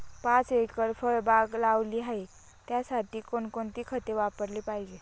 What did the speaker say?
पाच एकर फळबाग लावली आहे, त्यासाठी कोणकोणती खते वापरली पाहिजे?